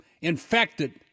infected